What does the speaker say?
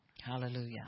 hallelujah